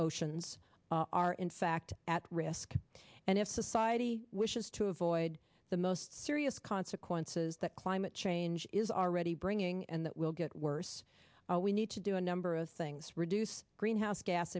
oceans are in fact at risk and if society wishes to avoid the most serious consequences that climate change is already bringing and that will get worse we need to do a number of things reduce greenhouse gas